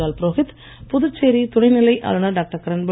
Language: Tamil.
பன்வாரிலால் புரோகித் புதுச்சேரி துணை நிலை ஆளுநர் டாக்டர்